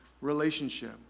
relationship